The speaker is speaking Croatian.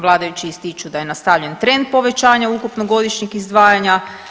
Vladajući ističu da je nastavljen trend povećana ukupnog godišnjeg izdvajanja.